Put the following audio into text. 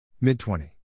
Mid-20